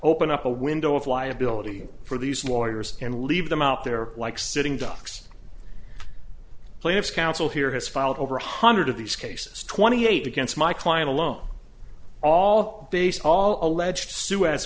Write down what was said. open up a window of liability for these lawyers and leave them out there like sitting ducks plaintiff's counsel here has filed over one hundred of these cases twenty eight against my client alone all based all alleged sou s